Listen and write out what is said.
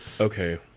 Okay